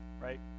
right